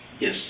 Yes